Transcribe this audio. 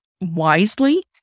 wisely